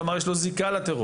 כלומר יש לו זיקה לטרור,